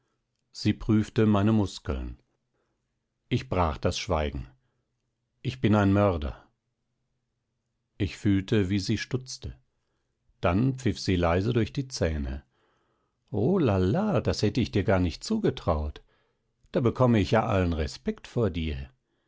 sie prüfte meine muskeln ich brach das schweigen ich bin ein mörder ich fühlte wie sie stutzte dann pfiff sie leise durch die zähne o lala das hätte ich dir gar nicht zugetraut da bekomme ich ja allen respekt vor dir